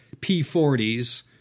P-40s